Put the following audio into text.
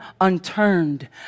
unturned